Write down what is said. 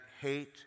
hate